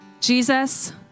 Jesus